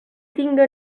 tinga